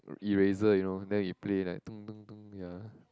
eraser you know then we play like ya lah